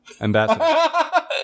Ambassador